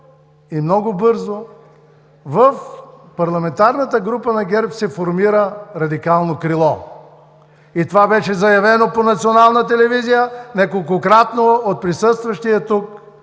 и много бързо в Парламентарната група на ГЕРБ се формира радикално крило, и това беше заявено по Национална телевизия неколкократно от присъстващия тук